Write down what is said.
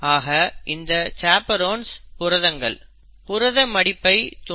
ஆகா இந்த சாப்பெரோன் புரதங்கள் புரத மடிப்பை தூண்டும்